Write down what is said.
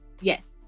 Yes